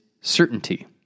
certainty